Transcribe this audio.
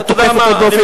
אתה תוקף אותו באופן אישי.